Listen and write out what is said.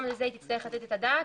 גם לזה היא תצטרך לתת את הדעת.